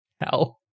hell